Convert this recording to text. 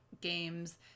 games